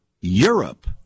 Europe